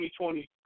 2020